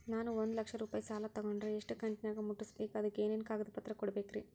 ನಾನು ಒಂದು ಲಕ್ಷ ರೂಪಾಯಿ ಸಾಲಾ ತೊಗಂಡರ ಎಷ್ಟ ಕಂತಿನ್ಯಾಗ ಮುಟ್ಟಸ್ಬೇಕ್, ಅದಕ್ ಏನೇನ್ ಕಾಗದ ಪತ್ರ ಕೊಡಬೇಕ್ರಿ?